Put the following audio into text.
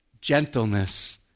gentleness